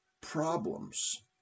problems